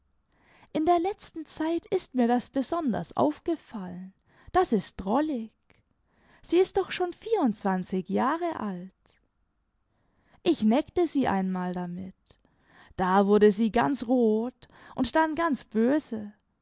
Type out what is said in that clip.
in der letzten zeit ist mir das besonders aufgefallen das ist drollig sie ist doch schon vienmdzwanzig jahre alt ich neckte sie einmal damit da wurde sie ganz rot imd dann ganz böse